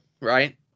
right